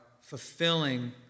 fulfilling